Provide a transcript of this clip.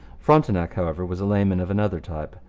frontenac, however, was a layman of another type.